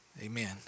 Amen